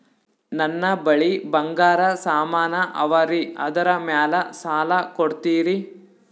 ನನ್ನ ಬಳಿ ಬಂಗಾರ ಸಾಮಾನ ಅವರಿ ಅದರ ಮ್ಯಾಲ ಸಾಲ ಕೊಡ್ತೀರಿ?